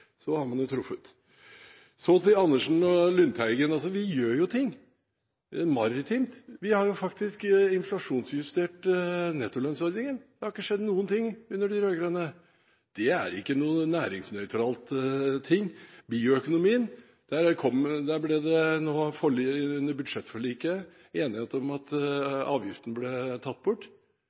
har man truffet. Så til Dag Terje Andersen og Lundteigen: Vi gjør jo ting maritimt. Vi har faktisk inflasjonsjustert nettolønnsordningen. Det har ikke skjedd noen ting under de rød-grønne. Det er ikke næringsnøytralt. Når det gjelder bioøkonomien, ble det under budsjettforliket enighet om at avgiften ble tatt bort.